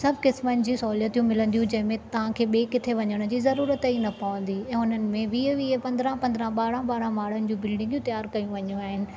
सभु क़िस्मनि जूं सहूलियतूं मिलंदियूं जंहिं में तव्हां खे ॿि किथे वञण जी ज़रूरत ई न पवंदी अऊं हुननि में वीह वीह पंद्राहं पंद्राहं ॿारहं ॿारहं माड़नि जूं बिल्डिंगियूं तैयारु कयूं वेंदियूं आहिनि